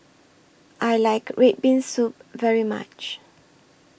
I like Red Bean Soup very much